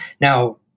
Now